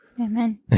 Amen